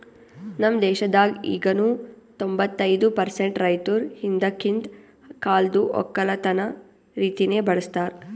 ನಮ್ ದೇಶದಾಗ್ ಈಗನು ತೊಂಬತ್ತೈದು ಪರ್ಸೆಂಟ್ ರೈತುರ್ ಹಿಂದಕಿಂದ್ ಕಾಲ್ದು ಒಕ್ಕಲತನ ರೀತಿನೆ ಬಳ್ಸತಾರ್